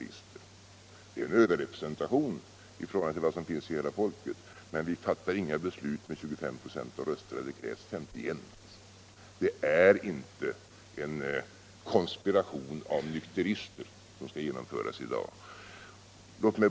Det är en överrepresentation i förhållande till nykteristernas andel av hela folket. Men man fattar inga beslut med 25 96 av rösterna — det krävs 51. Det är inte en konspiration av nykterister som skall genomföras i dag.